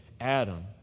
Adam